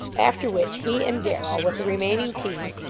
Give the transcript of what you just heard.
after which he and darrell, with the remaining teams,